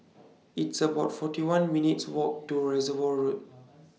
It's about forty one minutes' Walk to Reservoir Road